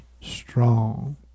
strong